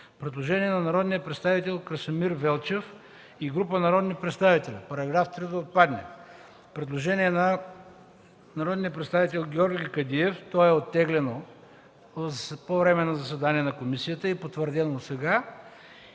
Предложение от народния представител Красимир Велчев и група народни представители –§ 3 да отпадне. Предложение от народния представител Георги Кадиев – то е оттеглено по време на заседание на комисията и потвърдено сега.